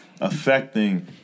affecting